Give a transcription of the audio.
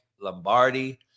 lombardi